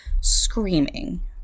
screaming